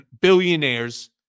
billionaires